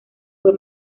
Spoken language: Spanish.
fue